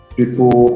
people